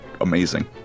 amazing